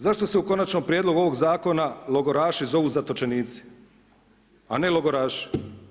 Zašto se u konačnom prijedlogu ovog zakona logoraši zovu zatočenici a ne logoraši?